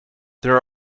there